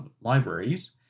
libraries